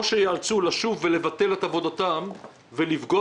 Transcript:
או שיאלצו לשוב ולבטל את עבודתם ולפגוע